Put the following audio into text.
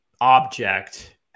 object